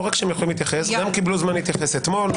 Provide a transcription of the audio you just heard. לא רק זאת - גם קיבלו זמן להתייחס אתמול,